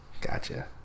Gotcha